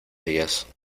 días